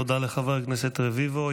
תודה לחבר הכנסת רביבו.